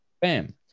bam